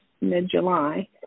mid-July